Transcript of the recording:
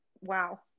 wow